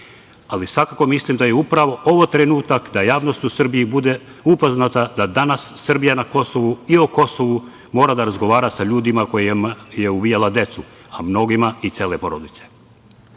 ali svakako mislim da je upravo ovo trenutak da javnost u Srbiji bude upoznata da danas Srbija na Kosovu i o Kosovu mora da razgovara sa ljudima kojima je ubijala decu, a mnogima i cele porodice. Vi